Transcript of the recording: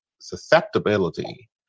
susceptibility